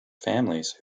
families